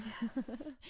Yes